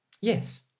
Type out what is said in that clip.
Yes